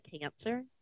cancer